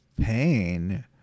pain